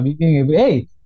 hey